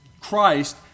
Christ